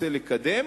הכמות,